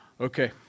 Okay